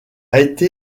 été